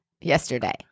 Yesterday